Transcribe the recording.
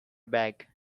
bag